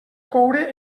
coure